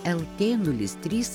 lt nulis trys